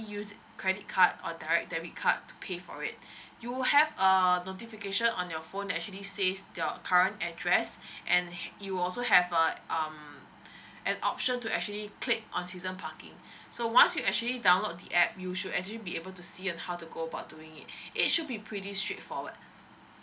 use credit card or direct debit card to pay for it you have err notification on your phone actually says your current address and you also have um an option to actually click on season parking so once you actually download the app you should actually be able to see on how to go about doing it it should be pretty straightforward